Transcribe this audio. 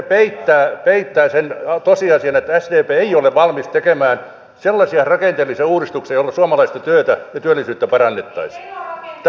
se peittää sen tosiasian että sdp ei ole valmis tekemään sellaisia rakenteellisia uudistuksia joilla suomalaista työtä ja työllisyyttä parannetaan